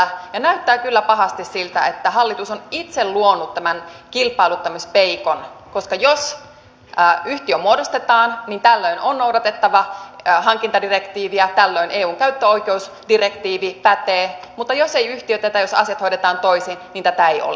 ja näyttää kyllä pahasti siltä että hallitus on itse luonut tämän kilpailuttamispeikon koska jos yhtiö muodostetaan niin tällöin on noudatettava hankintadirektiiviä tällöin eun käyttöoikeusdirektiivi pätee mutta jos ei yhtiöitetä jos asiat hoidetaan toisin niin tätä ei ole